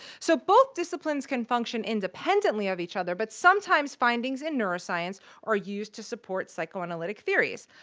so both disciplines can function independently of each other, but sometimes findings in neuroscience are used to support psychoanalytic theories,